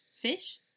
Fish